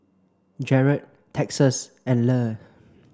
Jarett Texas and Le